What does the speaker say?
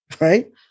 right